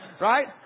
right